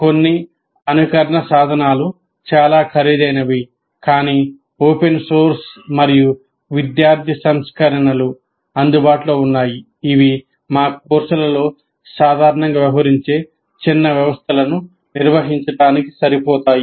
కొన్ని అనుకరణ సాధనాలు చాలా ఖరీదైనవి కానీ ఓపెన్ సోర్స్ మరియు విద్యార్థి సంస్కరణలు అందుబాటులో ఉన్నాయి ఇవి మా కోర్సులలో సాధారణంగా వ్యవహరించే చిన్న వ్యవస్థలను నిర్వహించడానికి సరిపోతాయి